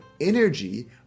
energy